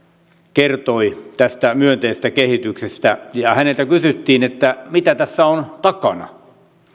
kertoi tästä myönteisestä kehityksestä häneltä kysyttiin mitä tässä on takana